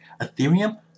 Ethereum